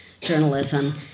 journalism